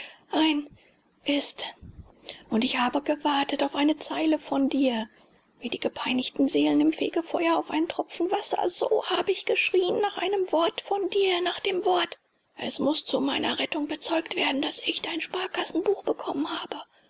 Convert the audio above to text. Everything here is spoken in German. ein ist und ich habe gewartet auf eine zeile von dir wie die gepeinigten seelen im fegefeuer auf einen tropfen wasser so habe ich geschrien nach einem wort von dir nach dem wort es muß zu meiner rettung bezeugt werden daß ich dein sparkassenbuch bekommen habe